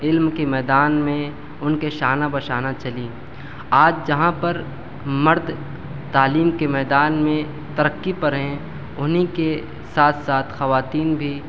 علم کے میدان میں ان کے شانہ بہ شانہ چلیں آج جہاں پر مرد تعلیم کے میدان میں ترقّی پر ہیں انہیں کے ساتھ ساتھ خواتین بھی